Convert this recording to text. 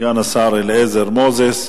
אליעזר מוזס.